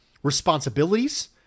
responsibilities